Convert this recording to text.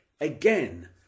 again